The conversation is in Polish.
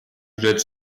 rzecz